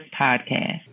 podcast